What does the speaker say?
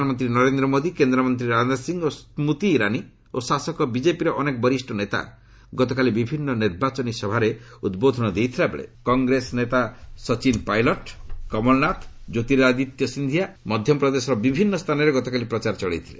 ପ୍ରଧାନମନ୍ତ୍ରୀ ନରେନ୍ଦ୍ର ମୋଦି କେନ୍ଦ୍ରମନ୍ତ୍ରୀ ରାଜନାଥ ସିଂ ଓ ସ୍ବତି ଇରାନୀ ଓ ଶାସକ ବିକେପିର ଅନେକ ବରିଷ୍ଣ ନେତା ଗତକାଲି ବିଭିନ୍ନ ନିର୍ବାଚନୀ ସଭାରେ ଉଦ୍ବୋଧନ ଦେଇଥିଲାବେଳେ କଂଗ୍ରେସ ନେତା ସଚିନ୍ ପାଇଲଟ୍ କମଳନାଥ ଜ୍ୟୋତିରାଦିତ୍ୟ ସନ୍ଧିଆ ମଧ୍ୟପ୍ରଦେଶର ବିଭିନ୍ନ ସ୍ଥାନରେ ଗତକାଲି ପ୍ରଚାର ଚଳାଇଥିଲେ